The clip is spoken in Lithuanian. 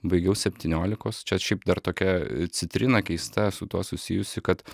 baigiau septyniolikos čia šiaip dar tokia citrina keista su tuo susijusi kad